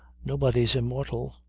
nobody's immortal.